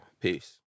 Peace